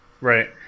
Right